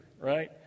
right